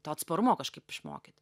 to atsparumo kažkaip išmokyt